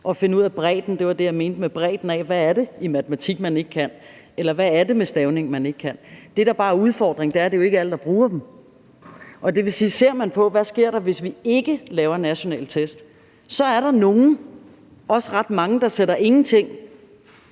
at finde ud af noget om bredden. Det var det, jeg mente med bredden: bredden af, hvad det er i matematik, man ikke kan, eller hvad det er ved stavning, man ikke kan. Det, der bare er udfordringen, er, at det jo ikke er alle, der bruger dem. Det vil sige, at ser man på, hvad der sker, hvis vi ikke laver nationale test, så er der nogle, også ret mange, der sætter ingenting